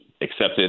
accepted